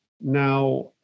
Now